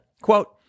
Quote